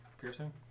piercing